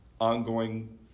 ongoing